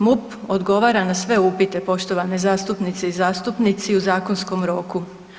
MUP odgovara na sve upite poštovane zastupnice i zastupnici u zakonskom roku.